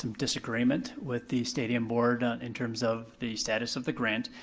um disagreement with the stadium board in terms of the status of the grant.